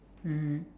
mmhmm